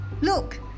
look